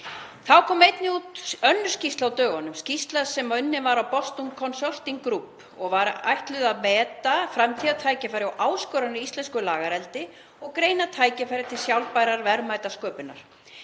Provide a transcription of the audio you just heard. Þá kom einnig út önnur skýrsla á dögunum, skýrsla sem unnin var af Boston Consulting Group og var ætlað að meta framtíðartækifæri og áskoranir í íslensku lagareldi og greina tækifæri til sjálfbærrar verðmætasköpunar.